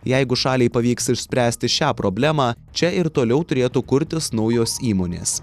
jeigu šaliai pavyks išspręsti šią problemą čia ir toliau turėtų kurtis naujos įmonės